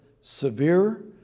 severe